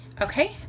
Okay